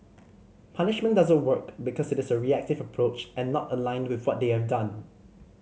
punishment doesn't work because it is a reactive approach and not aligned with what they have done